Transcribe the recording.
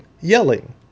yelling